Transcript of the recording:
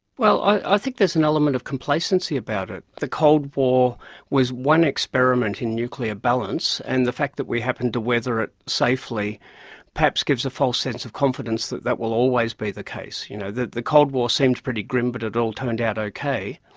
well, i think there's an element of complacency about it. the cold war was one experiment in nuclear balance, and the fact that we happened to weather it safely perhaps gives a false sense of confidence that that will always be the case. you know the the cold war seemed pretty grim but it all turned out okay.